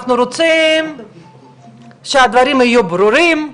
אנחנו רוצים שהדברים יהיו ברורים,